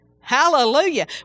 hallelujah